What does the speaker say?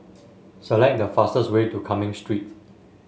select the fastest way to Cumming Street